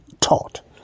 taught